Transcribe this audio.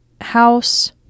house